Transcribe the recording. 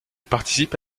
participe